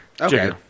Okay